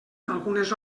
algunes